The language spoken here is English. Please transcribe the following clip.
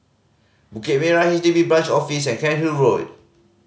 Bukit Merah H D B Branch Office and Cairnhill Road